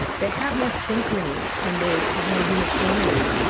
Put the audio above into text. they have more synchrony and they have more uniformity.